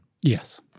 Yes